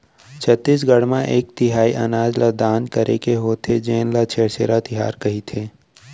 छत्तीसगढ़ म एक तिहार अनाज ल दान करे के होथे जेन ल छेरछेरा तिहार कहिथे